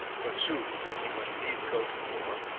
but soon, when he must needs go to war,